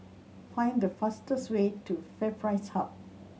find the fastest way to FairPrice Hub